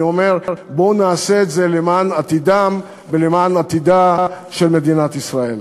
אני אומר: בואו נעשה את זה למען עתידם ולמען עתידה של מדינת ישראל.